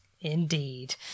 Indeed